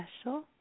special